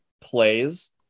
plays